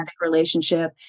relationship